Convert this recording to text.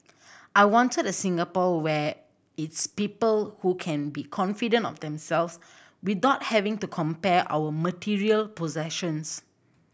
I wanted a Singapore where its people who can be confident of themselves without having to compare our material possessions